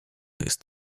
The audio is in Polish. jest